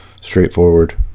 straightforward